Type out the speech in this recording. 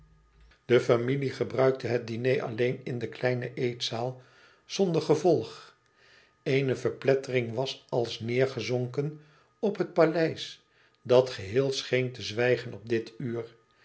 de familie gebruikte het diner alleen in de kleine eetzaal zonder gevolg eene verplettering was als neêrgezonken op het paleis dat geheel scheen te zwijgen op dit uur